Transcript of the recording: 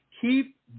Keep